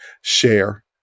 share